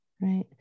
Right